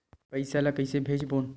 पईसा ला कइसे भेजबोन?